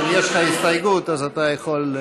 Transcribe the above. יש לך הסתייגות, אז אתה יכול.